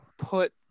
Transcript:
put